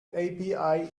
api